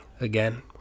again